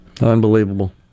Unbelievable